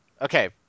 okay